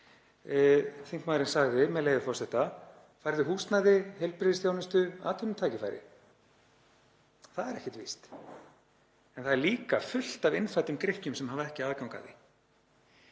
Þingmaðurinn sagði, með leyfi forseta: „Færðu húsnæði, heilbrigðisþjónustu, atvinnutækifæri? Það er ekkert víst. En það er líka fullt af innfæddum Grikkjum sem hafa ekki aðgang að